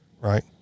Right